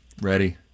Ready